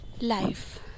life